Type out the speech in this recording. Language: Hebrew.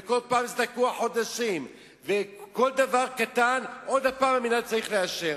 בכל פעם זה תקוע חודשים וכל דבר קטן עוד פעם המינהל צריך לאשר.